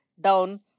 down